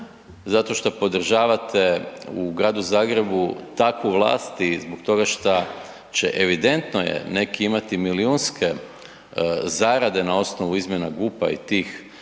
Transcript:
zato šta podržavate u Gradu Zagrebu takvu vlast i zbog toga šta će, evidentno je neki imati milijunske zarade na osnovu izmjene GUP-a i tih